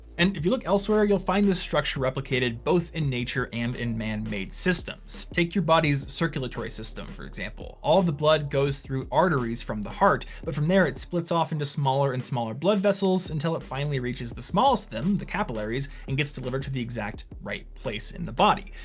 and if you look elsewhere, you'll find the structure replicated both in nature and in manmade systems. take your body's circulatory system for example, all the blood goes through arteries from the heart. but from there, it splits off into smaller and smaller blood vessels until it finally reaches the smallest of them, the capillaries and gets delivered to the exact right place in the body.